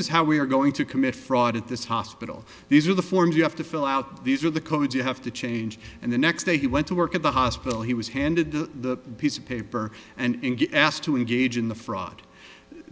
is how we are going to commit fraud at this hospital these are the forms you have to fill out these are the codes you have to change and the next day he went to work at the hospital he was handed the piece of paper and asked to engage in the fraud